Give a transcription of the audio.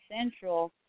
Central